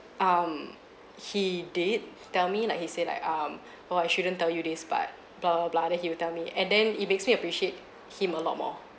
um he did tell me like he said like um oh I shouldn't tell you this but blah blah then he will tell me and then it makes me appreciate him a lot more